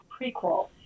prequel